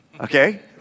okay